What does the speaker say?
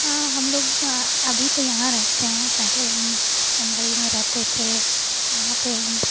हम लोग अभी तो यहाँ रहते हैं पहले हम मुंबई में रहते थे वहाँ पर हम